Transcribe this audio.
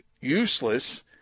useless